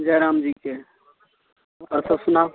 जय रामजी की आओर सब सुनाउ